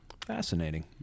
Fascinating